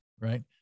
right